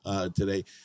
today